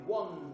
one